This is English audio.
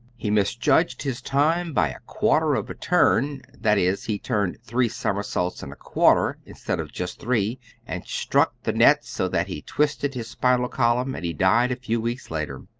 he misjudged his time by a quarter of a turn that is, he turned three somersaults and a quarter instead of just three and struck the net so that he twisted his spinal column, and he died a few weeks later.